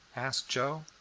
asked joe.